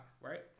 right